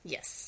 Yes